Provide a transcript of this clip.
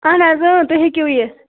اہن حظ اۭں تُہۍ ہیٚکِو یِتھ